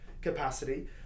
capacity